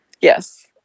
Yes